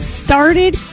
started